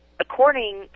According